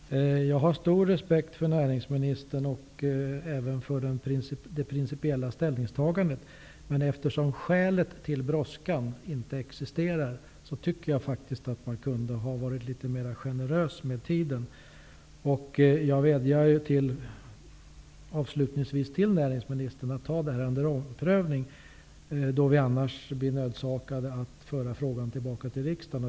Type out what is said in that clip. Herr talman! Jag har stor respekt för näringsministern och även för det principiella ställningstagandet. Men eftersom skälet till brådskan inte existerar, tycker jag faktiskt att man kunde ha varit litet mer generös med tiden. Jag vädjar avslutningsvis till näringsministern att ta detta under omprövning, då vi annars blir nödsakade att föra frågan tillbaka till riksdagen.